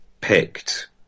picked